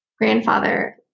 grandfather